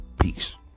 peace